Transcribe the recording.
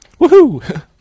Woohoo